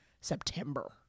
September